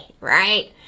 Right